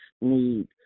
need